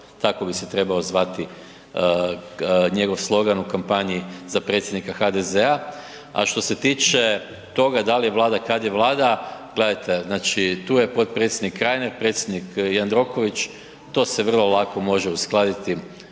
tako bi se trebao zvati njegov slogan u kampanji za predsjednika HDZ-a. A što se tiče toga dal je Vlada, kad je Vlada, gledajte, znači tu je potpredsjednik Reiner, predsjednik Jandroković, to se vrlo lako može uskladiti